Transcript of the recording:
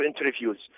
interviews